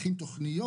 להכין "תכנית